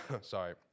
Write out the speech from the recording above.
Sorry